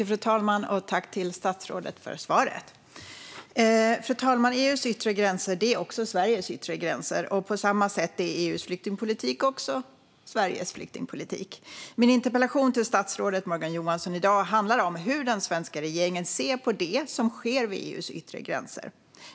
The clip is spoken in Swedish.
Fru talman! Tack för svaret, statsrådet! EU:s yttre gräns är också Sveriges yttre gräns, fru talman. På samma sätt är EU:s flyktingpolitik också Sveriges flyktingpolitik. Min interpellation till statsrådet Morgan Johansson handlar om hur den svenska regeringen ser på det som sker vid EU:s yttre gräns.